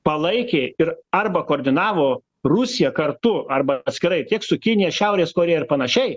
palaikė ir arba koordinavo rusija kartu arba atskirai tiek su kinija šiaurės korėja ir panašiai